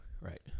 Right